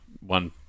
one